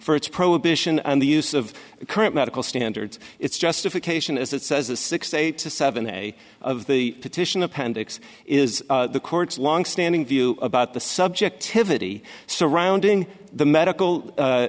for its prohibition and the use of current medical standards its justification as it says the six eight to seven day of the petition appendix is the court's longstanding view about the subjectivity surrounding the medical